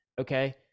okay